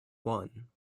one